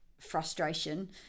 frustration